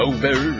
Over